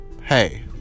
hey